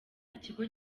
ikigo